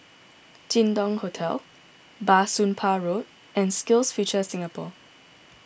Jin Dong Hotel Bah Soon Pah Road and SkillsFuture Singapore